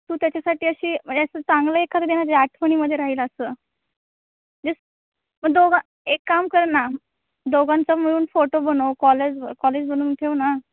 तू त्याच्यासाठी अशी म्हणजे असं चांगलं एखादी दे ना जे आठवणीमध्ये राहील असं जसं दोघं एक काम कर ना दोघांचा मिळून फोटो बनवू कॉलाज कॉलेज बनवून ठेव ना